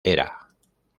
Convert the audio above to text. hera